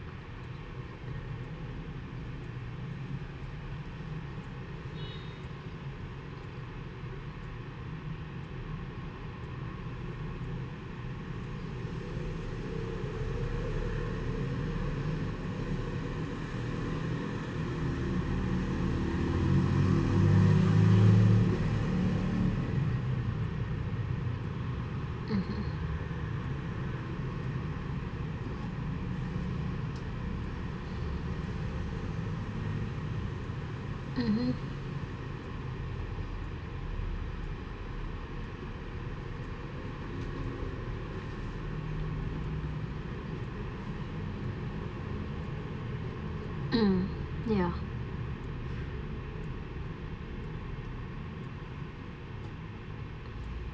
mmhmm mmhmm mm ya